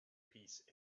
peace